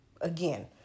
again